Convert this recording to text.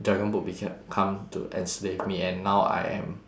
dragon boat beca~ come to enslave me and now I am